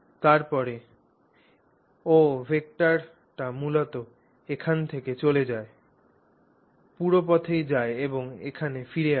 তারপরে ওএ ভেক্টরটি মূলত এখান থেকে চলে যায় পুরো পথেই যায় এবং এখানে ফিরে আসে